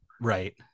right